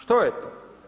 Što je to?